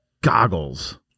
goggles